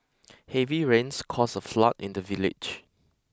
heavy rains caused a flood in the village